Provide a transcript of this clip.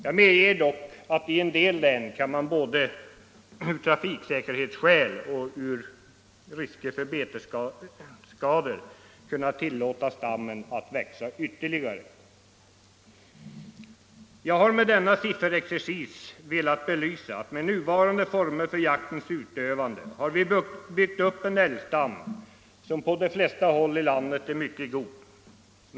Jag medger dock att man i en del län både från trafiksäkerhetssynpunkt och från betesskadesynpunkt kan tillåta stammen att växa ytterligare. Jag har med denna sifferexercis velat belysa, att vi med nuvarande former för jaktens utövande har byggt upp en älgstam som på de flesta håll i landet är mycket god.